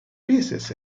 basis